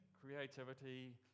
creativity